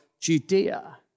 Judea